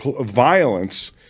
violence